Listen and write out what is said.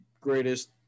greatest